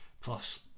Plus